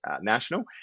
national